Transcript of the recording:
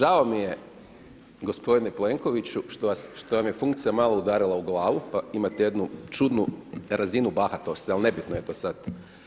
Pa žao mi je gospodine Plenkoviću što vam je funkcija malo udarila u glavu pa imate jednu čudnu razinu bahatosti ali nebitno je to sad.